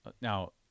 now